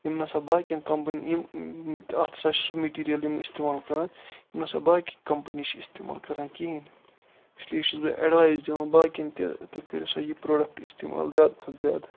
یِم نَسا باقیَن کَمپنِیَن یِم اتھ ہسا چھِ سُہ میٚٹیٖریل یِم اِستعمال کَران یِم نَسا باقی کمپنی چھِ اِستعمال کَران کِہیٖنۍ اِسلیے چھُس بہٕ ایٚڈوایس دِوان باقیَن تہِ تُہۍ کٔرِو سا یہِ پروڈَکٹ اِستعمال زیاد کھۄتہ زیاد